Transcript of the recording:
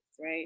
right